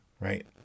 Right